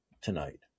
tonight